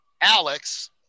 Alex